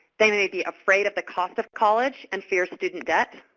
they may be afraid of the cost of college and fear student debt.